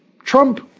Trump